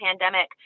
pandemic